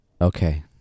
Okay